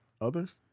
others